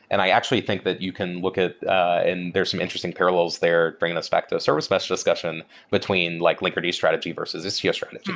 and i actually think that you can look at and there are some interesting parallels there bringing us back to a service mesh discussion between like linkerd strategy versus istio strategy,